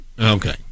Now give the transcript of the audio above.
Okay